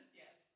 yes